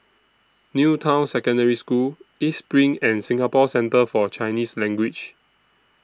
New Town Secondary School East SPRING and Singapore Centre For Chinese Language